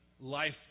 Life